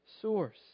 source